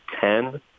ten